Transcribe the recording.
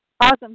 Awesome